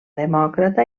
demòcrata